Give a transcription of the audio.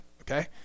okay